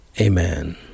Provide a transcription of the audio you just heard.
Amen